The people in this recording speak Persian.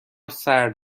سرد